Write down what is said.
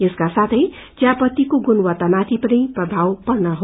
यसका साथै चियापत्तीको गुणवत्तामाथि पनि प्रभाव पर्नु हो